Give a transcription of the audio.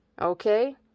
Okay